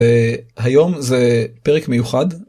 היום זה פרק מיוחד.